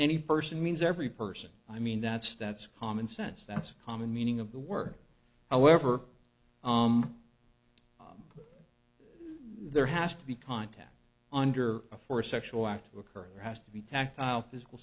any person means every person i mean that's that's common sense that's a common meaning of the word however there has to be contact under a for sexual act occur there has to be tactile physical